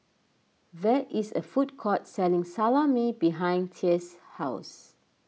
there is a food court selling Salami behind thea's house